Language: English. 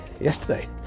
yesterday